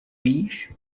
víš